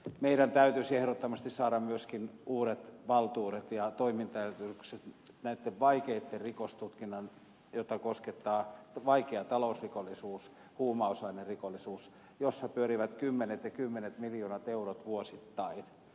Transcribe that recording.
meidän täytyisi ehdottomasti saada myöskin uudet valtuudet ja toimintaedellytykset näitten vaikeitten asioitten rikostutkintaan joita ovat vaikea talousrikollisuus huumausainerikollisuus jossa pyörivät kymmenet ja kymmenet miljoonat eurot vuosittain